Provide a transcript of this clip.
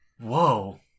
Whoa